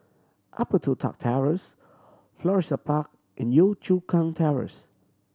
Upper Toh Tuck Terrace Florissa Park and Yio Chu Kang Terrace